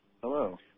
Hello